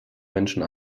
menschen